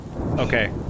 Okay